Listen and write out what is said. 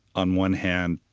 on one hand,